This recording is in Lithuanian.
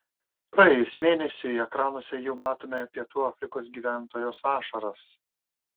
praėjus mėnesiui ekranuose jau matome pietų afrikos gyventojos ašaras